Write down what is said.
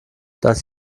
das